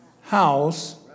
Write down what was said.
house